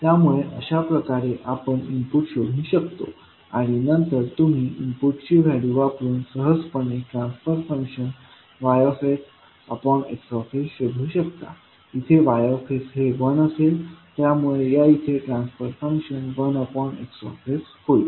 त्यामुळे अशाप्रकारे आपण इनपुट शोधू शकतो आणि नंतर तुम्ही इनपुटची व्हॅल्यू वापरून सहजपणे ट्रान्सफर फंक्शन YX शोधू शकता इथे Y हे 1 असेल त्यामुळे या इथे ट्रान्सफर फंक्शन 1X होईल